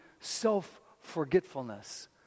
self-forgetfulness